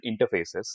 interfaces